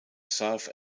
serve